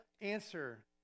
answer